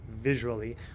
visually